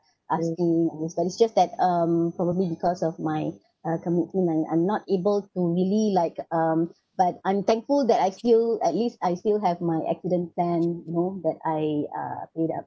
asking but it's just that um probably because of my uh commitment I'm I'm not able to really like um but I'm thankful that I still at least I still have my accident plan you know that I uh paid up